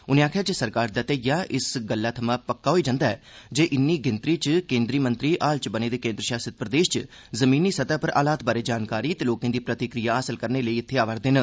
उनें आक्खेया जे सरकार दा ध्यैया इस गल्ला थमां पक्का होई जंदा ऐ जे इन्नी गिनतरी च केन्द्री मंत्री हाल च बने दे केन्द्र शासित प्रदेश च ज़मीनी सतह पर हालात बारै जानकारी ते लोकें दी प्रतिक्रिया जानने लेई इत्थैं आये दे न